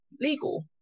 legal